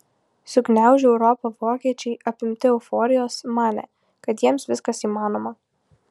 sugniaužę europą vokiečiai apimti euforijos manė kad jiems viskas įmanoma